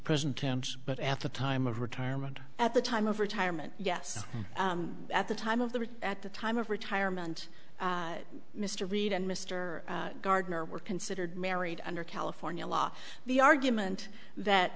present tense but at the time of retirement at the time of retirement yes at the time of the rich at the time of retirement mr reed and mr gardner were considered married under california law the argument that